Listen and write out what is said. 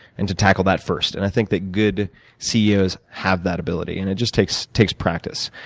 and to tackle that first. and i think that good ceos have that ability. and it just takes takes practice.